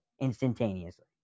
instantaneously